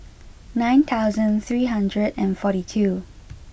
nine thousand three hundred and forty two